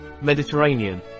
Mediterranean